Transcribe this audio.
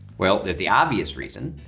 well, there's the obvious reason,